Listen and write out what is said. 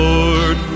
Lord